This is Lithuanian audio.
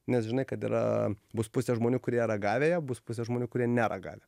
nes žinai kad yra bus pusė žmonių kurie ragavę ją bus pusė žmonių kurie neragavę